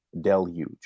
deluge